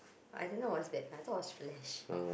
I don't know what's that I thought was Flash